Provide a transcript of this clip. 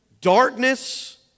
darkness